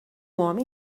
homem